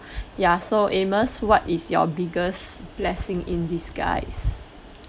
ya so amos what is your biggest blessing in disguise